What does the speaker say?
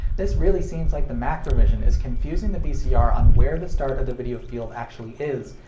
this really seems like the macrovision is confusing the vcr on where the start of the video field actually is,